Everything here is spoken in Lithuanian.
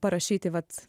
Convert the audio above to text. parašyti vat